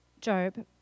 Job